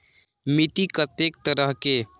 मिट्टी कतेक तरह के?